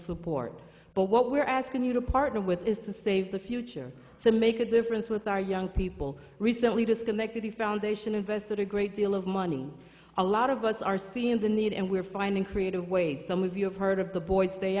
support but what we're asking you to partner with is to save the future to make a difference with our young people recently disconnected the foundation invested a great deal of money a lot of us are seeing the need and we're finding creative ways some of you have heard of the boys